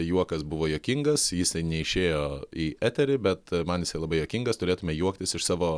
juokas buvo juokingas jisai neišėjo į eterį bet man labai juokingas turėtume juoktis iš savo